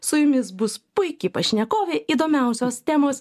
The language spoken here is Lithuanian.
su jumis bus puiki pašnekovė įdomiausios temos